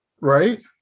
Right